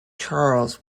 charles